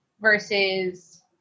versus